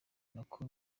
nako